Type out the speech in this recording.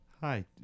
Hi